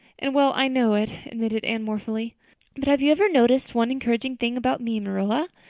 and well i know it, admitted anne mournfully. but have you ever noticed one encouraging thing about me, marilla?